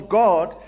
god